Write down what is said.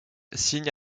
signe